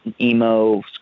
emo